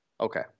Okay